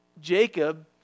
Jacob